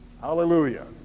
Hallelujah